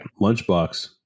lunchbox